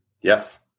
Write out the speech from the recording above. Yes